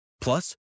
Plus